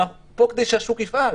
אנחנו פה כדי שהשוק יפעל.